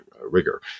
rigor